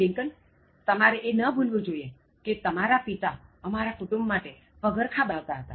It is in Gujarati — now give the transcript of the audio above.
લિંકન તમારે એ ન ભૂલવું જોઇએ કે તમારા પિતા અમારા કુટુંબ માટે પગરખાં બનાવતા હતા